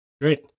Great